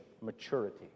maturity